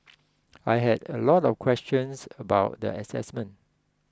I had a lot of questions about the assessment